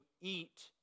eat